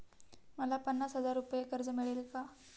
मला पन्नास हजार रुपये कर्ज मिळेल का?